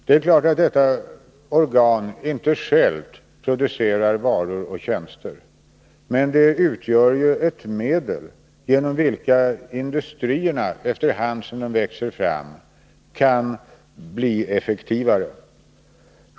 Det är klart att detta organ inte självt producerar varor och tjänster, men det utgör ju ett medel genom vilket industrierna, efter hand som de växer fram, kan bli effektivare.